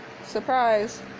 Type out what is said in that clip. surprise